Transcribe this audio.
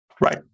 Right